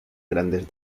grandes